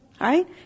right